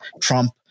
Trump